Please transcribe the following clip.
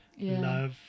love